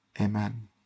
Amen